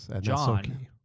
John